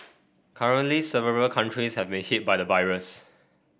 currently several countries have been hit by the virus